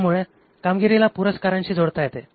यामुळे कामगिरीला पुरस्कारांशी जोडता येते